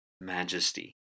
majesty